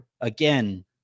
again